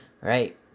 right